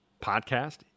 podcast